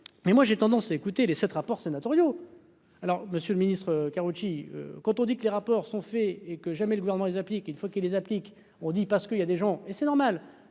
mais moi j'ai tendance à écouter les 7 rapports sénatoriaux. Alors Monsieur le Ministre, Karoutchi quand on dit que les rapports sont faits et que jamais le gouvernement applique une fois qu'ils les appliquent, on dit parce qu'il y a des gens et c'est normal